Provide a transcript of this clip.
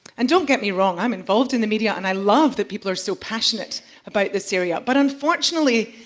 and don't get me wrong, i'm involved in the media and i love that people are so passionate about this area, but unfortunately,